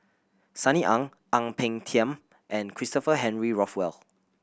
Sunny Ang Ang Peng Tiam and Christopher Henry Rothwell